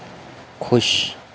खुश